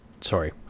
Sorry